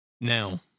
Now